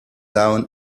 down